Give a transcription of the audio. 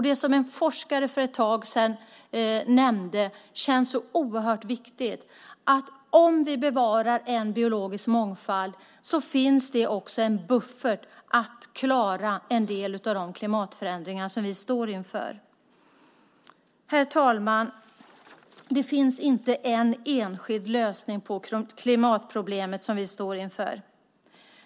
Det som en forskare för ett tag sedan nämnde känns så oerhört viktigt, att om vi bevarar en biologisk mångfald finns det också en buffert för att klara en del av de klimatförändringar som vi står inför. Herr talman! Det finns inte en enskild lösning på de klimatproblem som vi står inför.